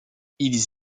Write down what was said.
ils